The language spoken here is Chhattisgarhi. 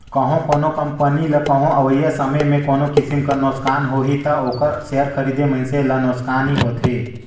कहों कोनो कंपनी ल कहों अवइया समे में कोनो किसिम कर नोसकान होही ता ओकर सेयर खरीदे मइनसे ल नोसकानी होथे